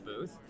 booth